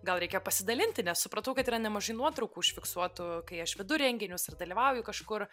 gal reikia pasidalinti nes supratau kad yra nemažai nuotraukų užfiksuotų kai aš vedu renginius ar dalyvauju kažkur